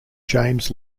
james